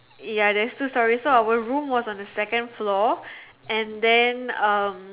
ya there's two stories so our room was on the second floor and then um